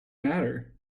matter